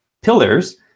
pillars